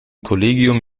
kollegium